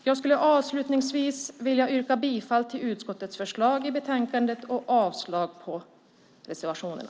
Jag ska avslutningsvis yrka bifall till utskottets förslag i betänkandet och avslag på reservationerna.